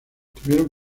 tuvieron